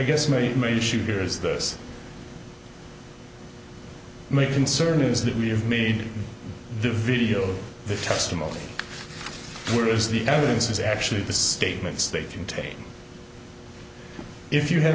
guess my main issue here is this my concern is that we have made the video the testimony where is the evidence is actually the statements they contain if you have